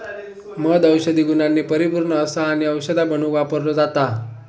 मध औषधी गुणांनी परिपुर्ण असा आणि औषधा बनवुक वापरलो जाता